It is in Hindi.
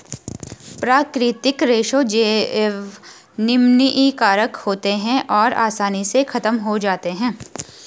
प्राकृतिक रेशे जैव निम्नीकारक होते हैं और आसानी से ख़त्म हो जाते हैं